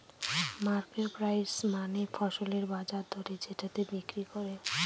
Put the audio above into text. market price মানে ফসলের বাজার দরে যেটাতে বিক্রি করে